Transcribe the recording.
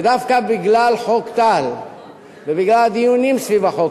ודווקא בגלל חוק טל ובגלל הדיונים סביב החוק